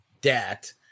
debt